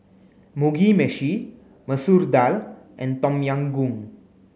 Mugi Meshi Masoor Dal and Tom Yam Goong